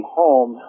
home